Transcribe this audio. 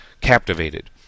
captivated